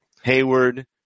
Hayward